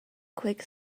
quick